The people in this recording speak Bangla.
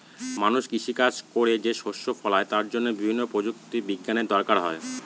মানুষ কৃষি কাজ করে যে শস্য ফলায় তার জন্য বিভিন্ন প্রযুক্তি বিজ্ঞানের দরকার হয়